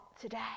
today